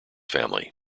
family